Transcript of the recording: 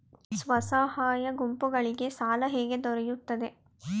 ಸ್ವಸಹಾಯ ಗುಂಪುಗಳಿಗೆ ಸಾಲ ಹೇಗೆ ದೊರೆಯುತ್ತದೆ?